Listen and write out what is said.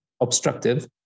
obstructive